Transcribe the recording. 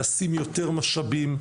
לשים יותר משאבים,